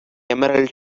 emerald